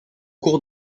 cours